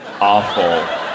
awful